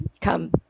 come